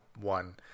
one